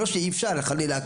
לא שאי אפשר חלילה.